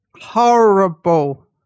horrible